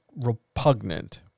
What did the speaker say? repugnant